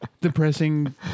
depressing